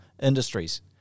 industries